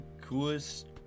coolest